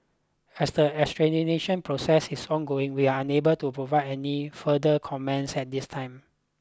as the process is ongoing we are unable to provide any further comments at this time